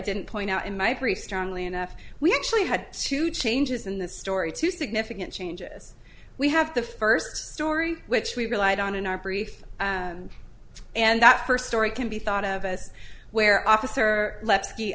didn't point out in my pretty strongly enough we actually had two changes in the story two significant changes we have the first story which we relied on in our brief and that first story can be thought of as where officer le